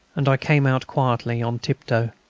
and i came out quietly on tiptoe.